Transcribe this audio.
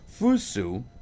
Fusu